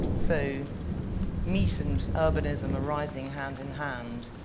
so meat and urbanism are rising hand in hand.